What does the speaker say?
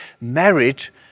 marriage